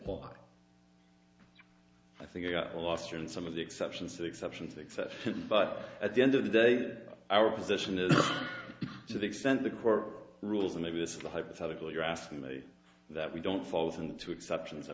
one i think i got last year and some of the exceptions exceptions except but at the end of the day our position is to the extent the court rules and maybe this is the hypothetical you're asking me that we don't fall into exceptions